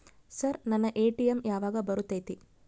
Sir ನನ್ನ ATM ಯಾವಾಗ ಬರತೈತಿ?